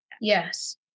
Yes